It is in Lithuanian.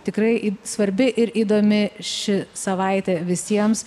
tikrai svarbi ir įdomi ši savaitė visiems